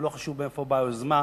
ולא חשוב מאיפה באה היוזמה,